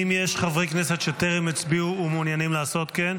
האם יש חברי כנסת שטרם הצביעו ומעוניינים לעשות כן?